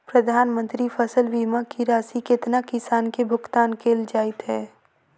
प्रधानमंत्री फसल बीमा की राशि केतना किसान केँ भुगतान केल जाइत है?